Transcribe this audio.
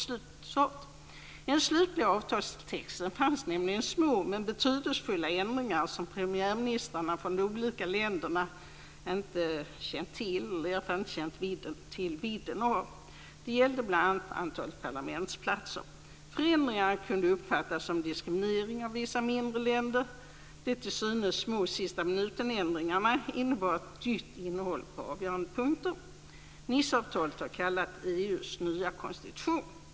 I den slutliga avtalstexten fanns nämligen små men betydelsefulla ändringar som premiärministrarna från de olika länderna inte känt till, i varje fall inte känt till vidden av dem. Det gällde bl.a. antalet parlamentsplatser. Förändringar kunde uppfattas som diskriminering av vissa mindre länder. De till synes små "sista-minutenändringarna" innebar ett nytt innehåll på avgörande punkter. Niceavtalet har kallats EU:s nya konstitution.